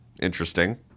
Interesting